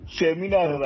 seminar